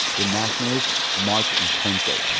the nationalists march in ponce,